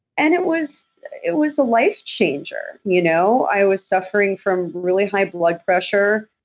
and it was it was a life changer, you know? i was suffering from really high blood pressure.